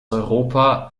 europa